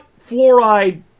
fluoride